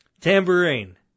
Tambourine